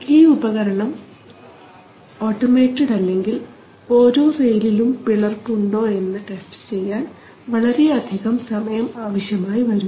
ഈ ഉപകരണം ഓട്ടോമേറ്റഡ് അല്ലെങ്കിൽ ഓരോ റെയിലും പിളർപ്പ് ഉണ്ടോ എന്ന് ടെസ്റ്റ് ചെയ്യാൻ വളരെയധികം സമയം ആവശ്യമായിവരും